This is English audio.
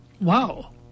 Wow